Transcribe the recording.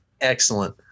excellent